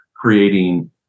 creating